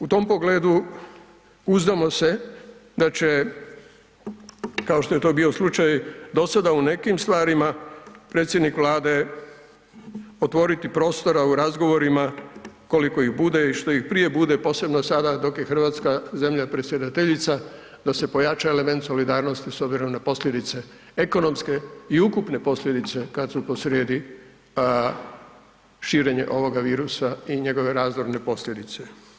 U tom pogledu uzdamo se da će, kao što je to bio slučaj dosada u nekim stvarima, predsjednik Vlade otvoriti prostora u razgovorima koliko ih bude i što ih prije bude, posebno sada dok je RH zemlja predsjedateljica, da se pojača element solidarnosti s obzirom na posljedice ekonomske i ukupne posljedice kad su posrijedi širenje ovoga virusa i njegove razorne posljedice.